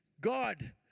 God